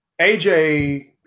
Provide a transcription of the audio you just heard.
AJ –